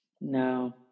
No